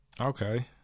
Okay